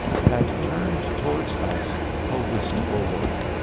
had turned towards us a wistful look.